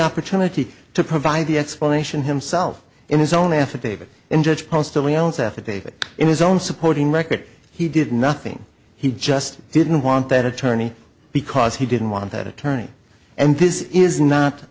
opportunity to provide the explanation himself in his own affidavit and judge constantly else affidavit in his own supporting record he did nothing he just didn't want that attorney because he didn't want that attorney and this is not